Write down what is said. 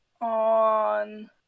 on